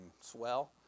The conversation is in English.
swell